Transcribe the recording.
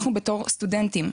אנחנו בתור סטודנטים,